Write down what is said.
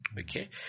Okay